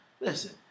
Listen